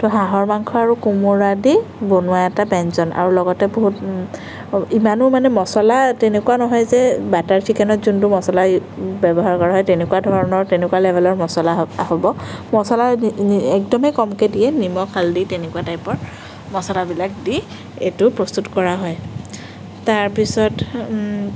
তো হাঁহৰ মাংস আৰু কোমোৰায়েদি বনোৱা এটা ব্যঞ্জন আৰু লগতে বহুত ইমানো মানে মছলা তেনেকুৱা নহয় যে বাটাৰ চিকেনত যোনবোৰ মছলা ব্যৱহাৰ কৰা হয় তেনেকুৱা ধৰণৰ তেনেকুৱা লেবেলৰ মছলা হ'ব মছলা একদমেই কমকৈ দিয়ে নিমখ হালধি তেনেকুৱা টাইপৰ মছলাবিলাক দি এইটো প্ৰস্তুত কৰা হয় তাৰপিছত